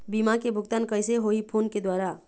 बीमा के भुगतान कइसे होही फ़ोन के द्वारा?